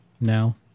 now